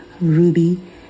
ruby